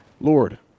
Lord